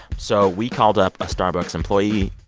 so we called up a starbucks employee,